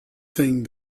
thinged